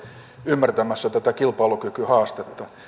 ymmärtämään tätä kilpailukykyhaastetta